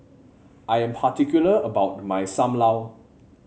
I am particular about my Sam Lau